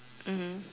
mmhmm